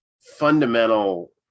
fundamental